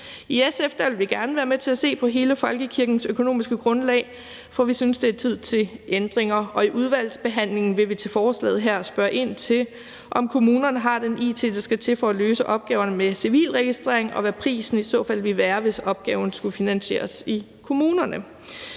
I SF vil vil gerne være med til at se på hele folkekirkens økonomiske grundlag, for vi synes, det er tid til ændringer, og i udvalgsbehandlingen vil vi spørge ind til, om kommunerne har den it, der skal til for at løse løse opgaverne med civilregistrering, og hvad prisen i så fald vil være, hvis opgaven skulle finansieres i kommunerne.